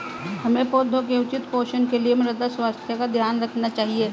हमें पौधों के उचित पोषण के लिए मृदा स्वास्थ्य का ध्यान रखना चाहिए